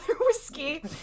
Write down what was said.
whiskey